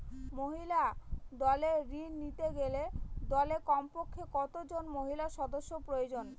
মহিলা দলের ঋণ নিতে গেলে দলে কমপক্ষে কত জন মহিলা সদস্য প্রয়োজন?